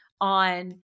on